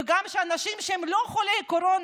ויש גם שאנשים שהם לא חולי קורונה.